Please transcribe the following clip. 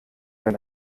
wenn